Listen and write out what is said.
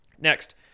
Next